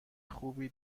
خوبی